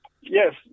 Yes